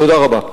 תודה רבה.